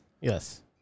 Yes